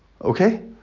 Okay